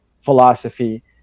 philosophy